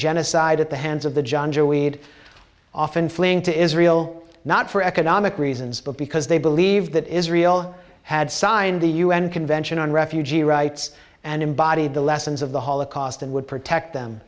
genocide at the hands of the jonjo we'd often fleeing to israel not for economic reasons but because they believe that israel had signed the un convention on refugee rights and embodied the lessons of the holocaust and would protect them